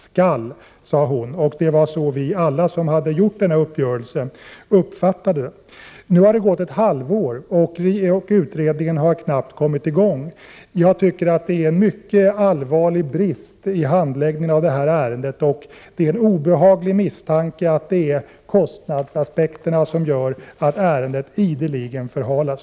”Skall” sade hon! Och det var så vi alla som varit med om uppgörelsen uppfattade det. Nu har det gått ett halvår, och utredningen har knappt kommit i gång. Jag tycker att det är en mycket allvarlig brist i handläggningen av det här ärendet. Det är en obehaglig misstanke att det är kostnadsaspekterna som gör att ärendet ideligen förhalas.